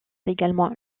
également